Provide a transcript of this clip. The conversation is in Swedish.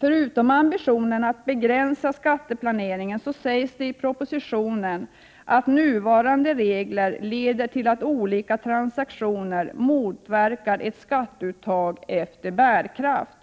Förutom ambitionen att begränsa skatteplanering sägs det i propositionen att nuvarande regler leder till att olika transaktioner motverkar ett skatteuttag efter bärkraft.